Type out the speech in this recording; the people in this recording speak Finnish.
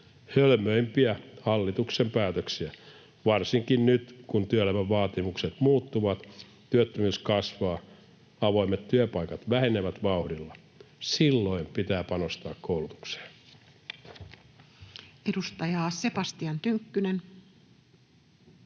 hölmöimpiä hallituksen päätöksiä. Varsinkin nyt, kun työelämän vaatimukset muuttuvat, työttömyys kasvaa ja avoimet työpaikat vähenevät vauhdilla, pitää panostaa koulutukseen.